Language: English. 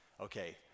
Okay